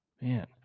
man